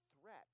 threat